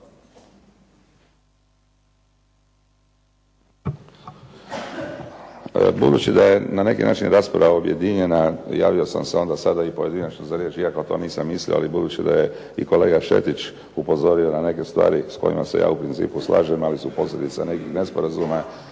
Budući da je na neki način rasprava objedinjena, javio sam se onda sada i pojedinačno za riječ iako to nisam mislio, ali budući da je i kolega Šetić upozorio na neke stvari s kojima se ja u principu slažem, ali su posljedice nekih nesporazuma,